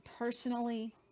personally